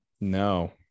No